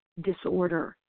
disorder